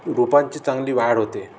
रोपांची चांगली वाढ होते